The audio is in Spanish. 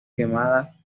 quemadas